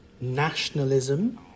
nationalism